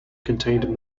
contained